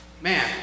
man